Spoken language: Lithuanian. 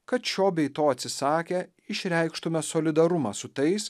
kad šio bei to atsisakę išreikštume solidarumą su tais